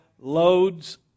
loads